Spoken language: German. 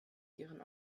ihren